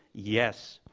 yes.